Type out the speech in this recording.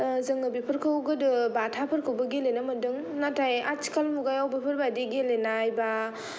जोङो बेफोरखौ गोदो बाथाफोरखौबो गेलेनो मोनदों नाथाय आथिखाल मुगायाव बेफोरबादि गेलेनाय बा